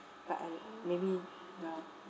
but I maybe well